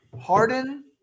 Harden